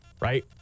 right